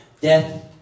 death